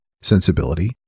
sensibility